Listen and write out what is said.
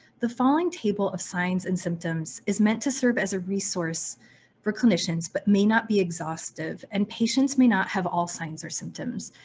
the following table of signs and symptoms is meant to serve as resource for clinicians but may not be exhaustive and patients may not have all signs or symptoms.